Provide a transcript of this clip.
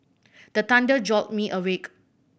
the thunder jolt me awake